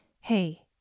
Hey